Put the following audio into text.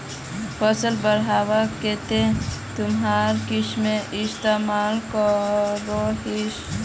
फसल बढ़वार केते तुमरा किसेर इस्तेमाल करोहिस?